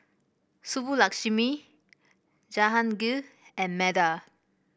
Subbulakshmi Jahangir and Medha